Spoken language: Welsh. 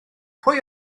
pwy